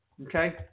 Okay